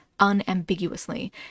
unambiguously